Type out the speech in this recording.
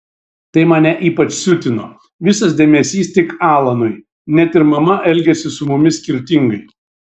tai mane ypač siutino visas dėmesys tik alanui net ir mama elgėsi su mumis skirtingai